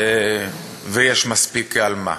ויש מספיק על מה.